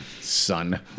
son